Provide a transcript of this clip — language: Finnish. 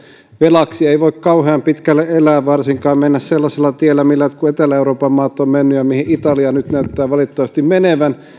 velaksi ei voi kauhean pitkälle elää varsinkaan mennä sellaisella tiellä millä jotkut etelä euroopan maat ovat menneet ja mihin italia nyt näyttää valitettavasti menevän